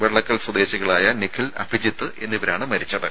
വെള്ളക്കൽ സ്വദേശികളായ നിഖിൽ അഭിജിത്ത് എന്നിവരാണ് മരിച്ചത്